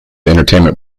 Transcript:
entertainment